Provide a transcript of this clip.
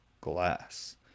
glass